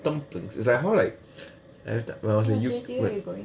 dumplings is like how like I have the when I was you